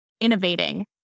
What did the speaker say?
innovating